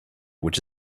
which